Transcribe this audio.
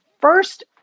first